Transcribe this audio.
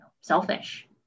selfish